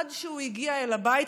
עד שהוא הגיע אל הבית,